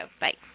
Bye